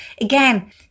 Again